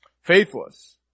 faithless